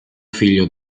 figlio